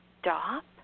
stop